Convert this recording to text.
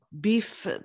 beef